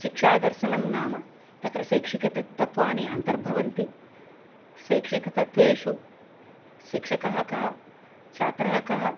शिक्षादर्शनं नाम तत्र शैक्षिकतत्वानि अन्तर्भवन्ति शैक्षिकतत्वेषु शिक्षकः कः छात्रः कः